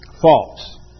false